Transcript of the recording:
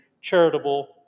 charitable